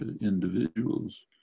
individuals